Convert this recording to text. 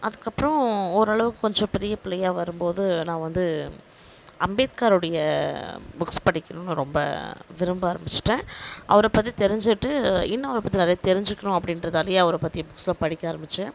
அதுக்கப்புறோம் ஓரளவுக்கு கொஞ்சம் பெரிய பிள்ளையாக வரும் போது நான் வந்து அம்பேத்கர் உடைய புக்ஸ் படிக்கணும்னு ரொம்ப விரும்ப ஆரம்பிச்சுட்டேன் அவரை பற்றி தெரிஞ்சுட்டு இன்னும் அவரை பற்றி நிறைய தெரிஞ்சுக்கணும் அப்படின்றதாலேயே அவரை பற்றி புக்ஸெலாம் படிக்க ஆரம்பித்தேன்